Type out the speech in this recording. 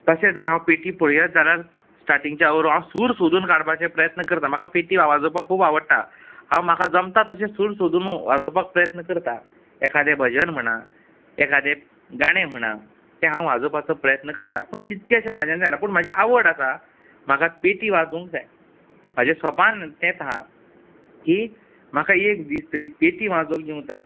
तशें जर हांव पेटी पळयत जाल्यार स्टार्टींगच्यान करून हांव सूर सोदून काडपाचे प्रयत्न करता म्हाका पेटी वाजोवपाक खूब आवडटा हांव म्हाका जमता तशें सूर सोदून वाजोवपाक प्रयत्न करता एखादें भजन म्हणा एखादें गाणें म्हणा तें हांव वाजोवपाचो प्रयत्न करता पूण तितकेशें म्हाज्यान जायना पूण म्हाजी आवड आसा म्हाका पेटी वाजोवंक जाय म्हाजें सोपान तेंत आसा की म्हाका एक दीस तरी पेटी वाजोवं येवं जाय